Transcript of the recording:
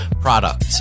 product